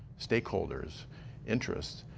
stakeholders interests,